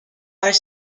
are